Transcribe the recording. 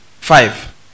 Five